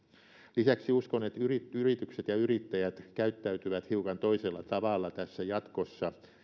lisäksi uskon että yritykset ja yrittäjät käyttäytyvät hiukan toisella tavalla jatkossa